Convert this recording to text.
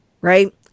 Right